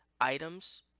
items